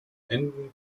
enden